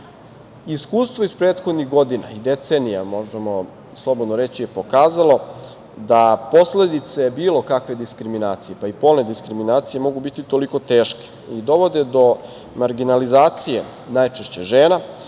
odluka. Iskustvo iz prethodnih godina i decenija, možemo slobodno reći, je pokazalo da posledice bilo kakve diskriminacije, pa i polne diskriminacije, mogu biti toliko teške i dovode do marginalizacije najčešće žena,